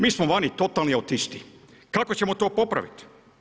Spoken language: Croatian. Mi smo vani totalni autisti, kako ćemo to popraviti?